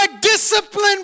discipline